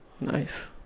Nice